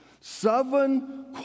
Seven